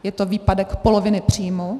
Je to výpadek poloviny příjmu.